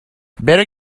better